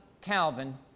Calvin